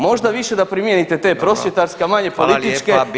Možda više da primijenite te prosvjetarske, a manje političke